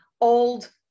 old